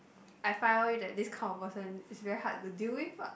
I find that this kind of person is very hard to deal with ah